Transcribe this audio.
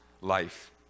life